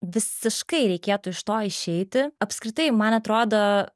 visiškai reikėtų iš to išeiti apskritai man atrodo